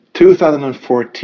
2014